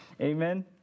Amen